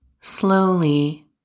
Slowly